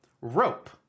Rope